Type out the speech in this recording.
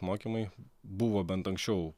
mokymai buvo bent anksčiau